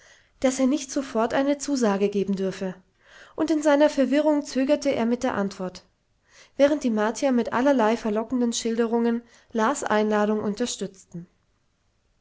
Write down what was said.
daß er nicht sofort eine zusage geben dürfe und in seiner verwirrung zögerte er mit der antwort während die martier mit allerlei verlockenden schilderungen las einladung unterstützten